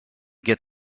get